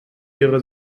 ihre